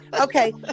Okay